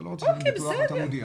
אתה לא רוצה לשלם ביטוח ואתה מודיע,